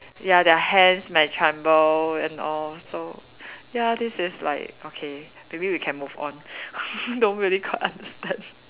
ya their hands might tremble and all so ya this is like okay maybe we can move on don't really quite understand